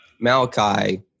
Malachi